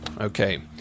Okay